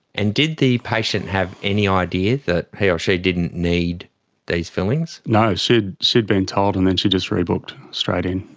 and did the patient have any idea that he ah she didn't need these fillings? no, she'd been told and then she just rebooked straight in,